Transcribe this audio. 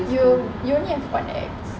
you you only have one ex